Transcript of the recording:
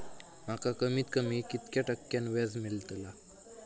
माका कमीत कमी कितक्या टक्क्यान व्याज मेलतला?